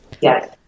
Yes